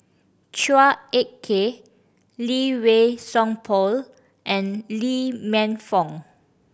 Chua Ek Kay Lee Wei Song Paul and Lee Man Fong